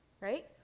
Right